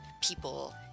people